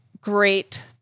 great